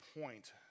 point